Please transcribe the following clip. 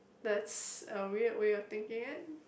that's a weird way of thinking it